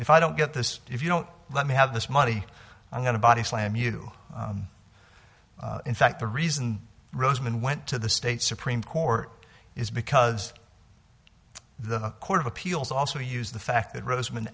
if i don't get this if you don't let me have this money i'm going to body slam you in fact the reason roseman went to the state supreme court is because the court of appeals also used the fact that rosem